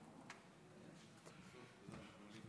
כמו למשל ציתות לבני משפחה